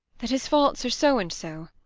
that his faults are so and so.